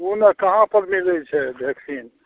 ने कहाँपर मिलै छै भैक्सीन